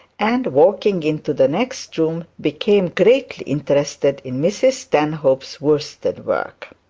and, walking into the next room, became greatly interested in mrs stanhope's worsted work.